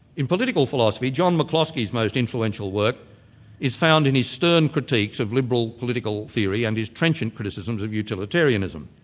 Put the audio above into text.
in political philosophy john mccloskey's most influential work is found in his stern critiques of liberal political theory and his trenchant criticisms of utilitarianism.